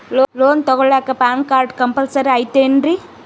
Loan ತೊಗೊಳ್ಳಾಕ PAN card compulsory ಐಯ್ತೇನ್ರಿ?